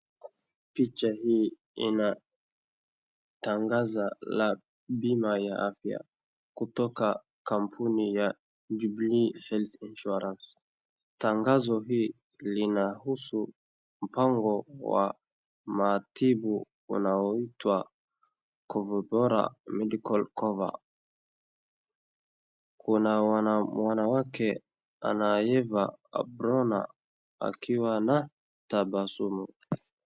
Picha hii ina tangazo la bima ya afya kutoka kampuni ya Jubilee health insurance . Tangazo hili linahusu mpango wa maatibu wanaoitwa coverbora medical cover , kuna mwanamke amevaa apron akiwa anatabasamu.